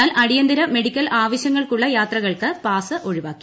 എന്നാൽ അടിയന്തിര മെഡിക്കൽ ആവശ്യങ്ങൾക്കുള്ള യാത്രകൾക്ക് പാസ് ഒഴിവാക്കി